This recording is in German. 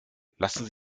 lassen